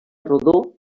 rodó